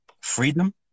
freedom